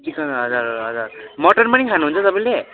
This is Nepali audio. चिकन हजुर हजुर मटन पनि खानुहुन्छ तपाईँले